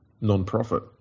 non-profit